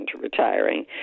retiring